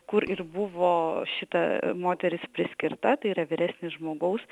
kur ir buvo šita moteris priskirta tai yra vyresnis žmogaus